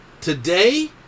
Today